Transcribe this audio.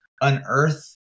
unearth